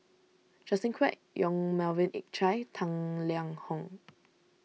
Justin Quek Yong Melvin Yik Chye Tang Liang Hong